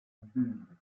bulbe